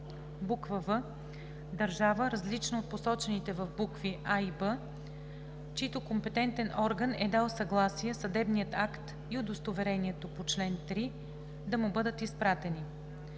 в) държава, различна от посочените в букви „а“ и „б“, чийто компетентен орган е дал съгласие съдебният акт и удостоверението по чл. 3 да му бъдат изпратени;